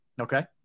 okay